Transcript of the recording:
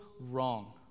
wrong